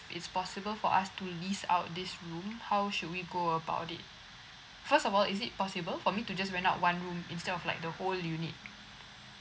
it's possible for us to lease out this room how should we go about it first of all is it possible for me to just rent out one room instead of like the whole unit